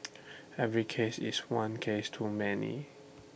every case is one case too many